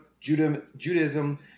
Judaism